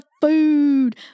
food